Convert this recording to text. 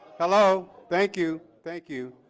hello. thank you. thank you.